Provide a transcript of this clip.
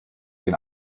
den